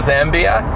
Zambia